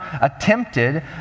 attempted